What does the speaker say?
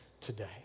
today